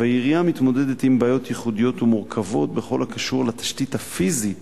העירייה מתמודדת עם בעיות ייחודיות ומורכבות בכל הקשור לתשתית הפיזית